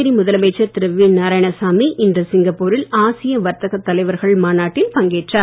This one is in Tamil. புதுச்சேரி முதலமைச்சர் திரு வி நாராயணசாமி இன்று சிங்கப்பூரில் ஆசிய வர்த்தக தலைவர்கள் மாநாட்டில் பங்கேற்றார்